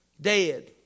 Dead